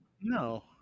No